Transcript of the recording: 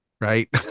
right